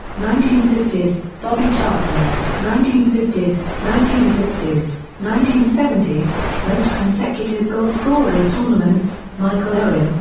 nineteen fifty s bobby charlton, nineteen fifty s, nineteen sixty s, nineteen seventy s most consecutive goalscoring tournaments michael owen,